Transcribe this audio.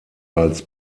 als